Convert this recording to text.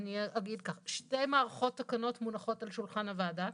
אני אגיד כך: שתי מערכות תקנות מונחות על שולחן הוועדה.